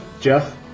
Jeff